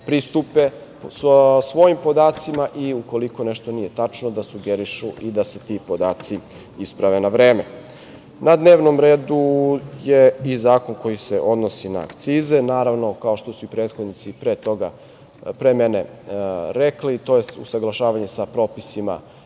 pristupe svojim podacima i ukoliko nešto nije tačno, da sugerišu i da se ti podaci isprave na vreme. Na dnevnom redu je i zakon koji se odnosi na akcize. Naravno, kao što su prethodnici pre mene rekli, to je usaglašavanje sa propisima